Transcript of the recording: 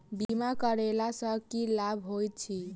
बीमा करैला सअ की लाभ होइत छी?